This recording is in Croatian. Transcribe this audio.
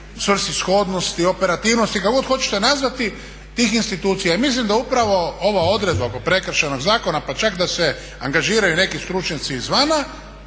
svrsishodnosti, operabilnosti kako god hoćete nazvati tih institucija. I mislim da upravo ova odredba oko Prekršajnog zakona pa čak da se angažiraju i neki stručnjaci izvana